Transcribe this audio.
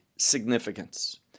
significance